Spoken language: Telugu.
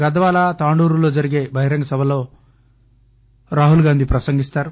గద్నాల్ తాండూర్లో జరిగే బహిరంగ సభలో రాహుల్గాంధీ ప్రసంగిస్తారు